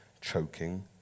Choking